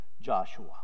Joshua